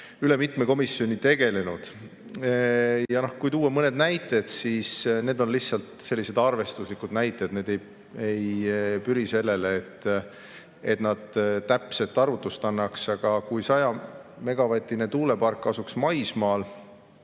üle mitme komisjoni tegelenud. Kui tuua mõned näited, siis need on lihtsalt sellised arvestuslikud näited, need ei püri sellele, et nad täpset arvutust annaks. Aga kui 100‑megavatine tuulepark asuks maismaal